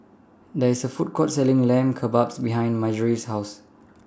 There IS A Food Court Selling Lamb Kebabs behind Marjorie's House